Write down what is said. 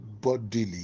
bodily